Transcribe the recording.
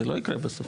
זה לא יקרה בסוף.